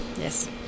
yes